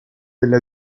delle